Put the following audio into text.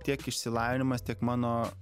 tiek išsilavinimas tiek mano